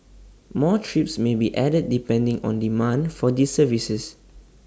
more trips may be added depending on demand for these services